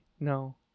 No